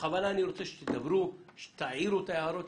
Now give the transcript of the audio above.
בכוונה אני רוצה שתביאו , תעירו הערות,